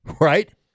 right